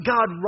God